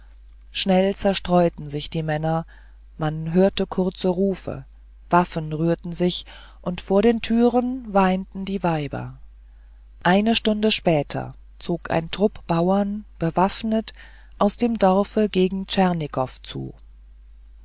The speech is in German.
schnell zerstreuten sich die männer man hörte kurze rufe waffen rührten sich und vor den türen weinten die weiber eine stunde später zog ein trupp bauern bewaffnet aus dem dorfe gegen tschernigof zu